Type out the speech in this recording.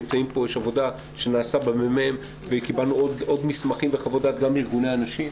יש עבודה שנעשתה בממ"מ וקיבלנו עוד מסמכים וחוות דעת גם מארגוני הנשים,